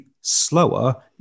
slower